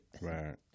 Right